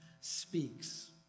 speaks